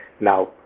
Now